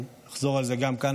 ואני אחזור על זה גם כאן,